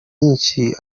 myinshi